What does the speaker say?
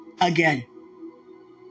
again